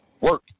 Work